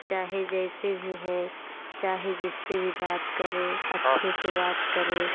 चाहे जैसे भी हैं चाहे जिससे भी बात करें अच्छे से बात करें